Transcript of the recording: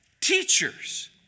teachers